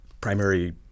primary